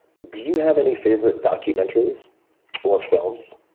do you have any favorite documentaries or films?